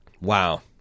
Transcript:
wow